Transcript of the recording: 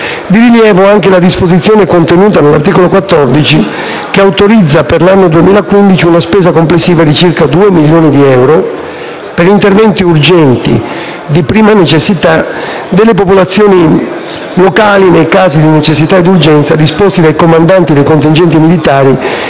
Di rilievo anche la disposizione contenuta nell'articolo 14 che autorizza per l'anno 2015 una spesa complessiva di circa due milioni di euro per interventi urgenti di prima necessità delle popolazioni locali nei casi di necessità ed urgenza disposti dai comandanti dei contingenti militari